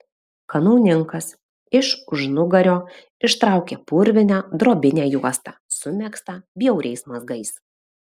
kanauninkas iš užnugario ištraukė purviną drobinę juostą sumegztą bjauriais mazgais